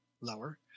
lower